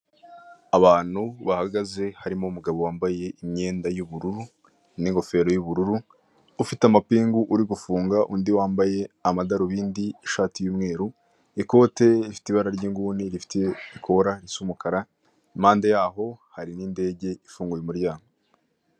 Abantu bahagaze harimo umugabo wambaye imyenda y'ubururu n'ingofero y'ubururu ufite amapingu uri gufunga undi wambaye amadarobindi ishati y'umweru ikote rifite ibara ry'inguni rifite ikora risa umukara impande yaho hari n'indege ifunguye umuryango.